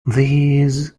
these